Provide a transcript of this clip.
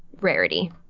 rarity